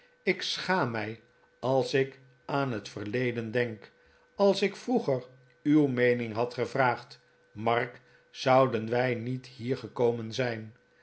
ik schaam mij als ik aan het verleden denk als ik vroeger uw meening had gevraagd mark zouden wij niet hier gekomen zijn